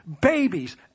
babies